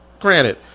granted